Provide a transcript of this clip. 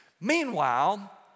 Meanwhile